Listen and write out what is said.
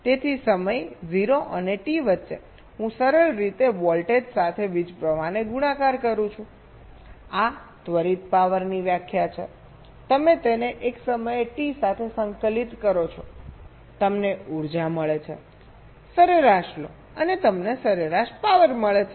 તેથી સમય 0 અને T વચ્ચે હું સરળ રીતે વોલ્ટેજ સાથે વીજપ્રવાહને ગુણાકાર કરું છું આ ત્વરિત પાવરની વ્યાખ્યા છે તમે તેને એક સમય T સાથે સંકલિત કરો છો તમને ઉર્જા મળે છે સરેરાશ લો તમને સરેરાશ પાવર મળે છે